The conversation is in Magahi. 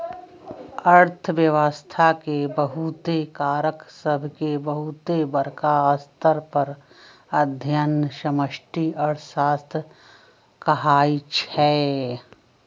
अर्थव्यवस्था के बहुते कारक सभके बहुत बरका स्तर पर अध्ययन समष्टि अर्थशास्त्र कहाइ छै